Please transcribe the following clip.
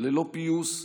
ללא פיוס,